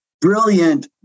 brilliant